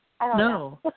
No